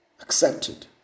Accepted